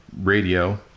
Radio